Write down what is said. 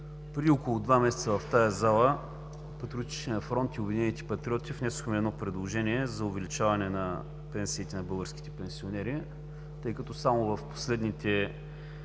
Преди около два месеца в тази зала Патриотичният фронт и Обединените патриоти внесохме предложение за увеличаване на пенсиите на българските пенсионери, тъй като само за последните